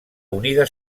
unida